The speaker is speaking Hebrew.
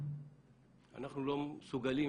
אנחנו לא מסוגלים